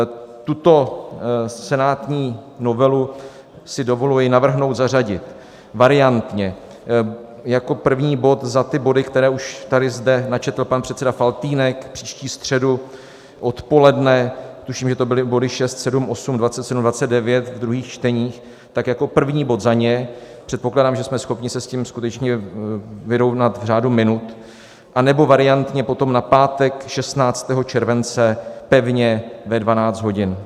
Tuto senátní novelu si dovoluji navrhnout zařadit variantně jako první bod za ty body, které už tady zde načetl pan předseda Faltýnek, příští středu odpoledne, tuším, že to byly body 6, 7, 8, 27, 29, druhá čtení, tak jako první bod za ně, předpokládám, že jsme schopni se s tím skutečně vyrovnat v řádu minut, anebo variantně potom na pátek 16. července pevně ve 12 hodin.